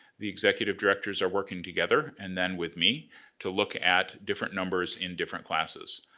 the executive directors are working together and then with me to look at different numbers in different classes.